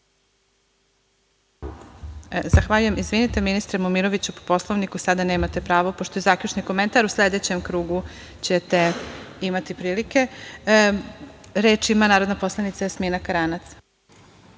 Zahvaljujem. Izvinite, ministre Momiroviću, po Poslovniku sada nemate pravo, pošto je zaključni komentar. U sledećem krugu ćete imati prilike. Reč ima narodna poslanica Jasmina